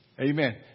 Amen